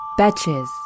Betches